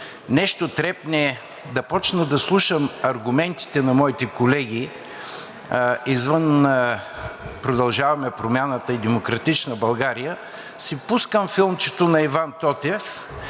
нещо трепне да почна да слушам аргументите на моите колеги, извън „Продължаваме Промяната“ и „Демократична България“, си пускам филмчето на Иван Тотев